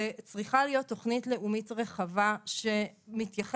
צריכה להיות תוכנית לאומית רחבה שמתייחסת